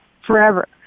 forever